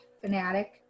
fanatic